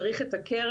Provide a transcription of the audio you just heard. צריך את הקרן,